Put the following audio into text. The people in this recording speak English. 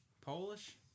Polish